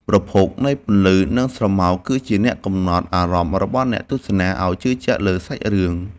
ប្រភពនៃពន្លឺ និង ស្រមោលគឺជាអ្នកកំណត់អារម្មណ៍របស់អ្នកទស្សនាឱ្យជឿជាក់លើសាច់រឿង។